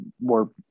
more